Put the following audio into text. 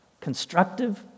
constructive